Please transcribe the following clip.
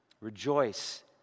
Rejoice